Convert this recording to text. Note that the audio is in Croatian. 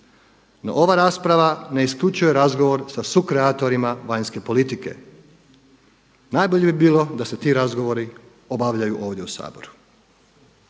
No ova rasprava ne isključuje razgovor sa sukreatorima vanjske politike. Najbolje bi bilo da se ti razgovori obavljaju ovdje u Saboru.